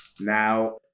Now